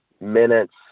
minutes